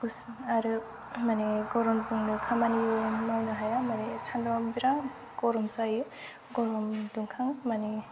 आरो माने गरमजोंनो खामानि मावनो हाया माने सान्दुङा बिराद गरम जायो गरम दुंखां माने